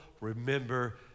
remember